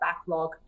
backlog